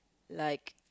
like